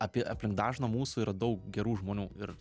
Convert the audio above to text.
apie aplink dažną mūsų yra daug gerų žmonių ir